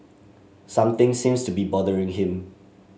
something seems to be bothering him